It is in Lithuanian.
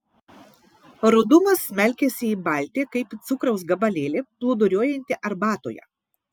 rudumas smelkiasi į baltį kaip į cukraus gabalėlį plūduriuojantį arbatoje